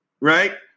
Right